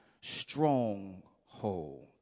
stronghold